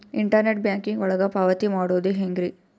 Internet banking ಒಳಗ ಪಾವತಿ ಮಾಡೋದು ಹೆಂಗ್ರಿ?